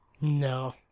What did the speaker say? No